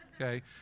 okay